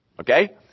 Okay